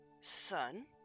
Son